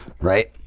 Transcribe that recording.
right